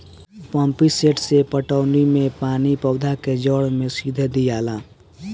pump set से पटौनी मे पानी पौधा के जड़ मे सीधे दियाला